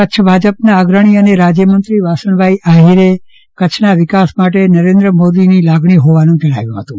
કચ્છ ભાજપના અગ્રણી અને રાજ્યમંત્રી વાસણભાઈ આહિરે કચ્છના વિકાસ માટે નરેન્દ્ર મોદીની લાગણી હોવાનું જણાવ્યું હતું